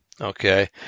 Okay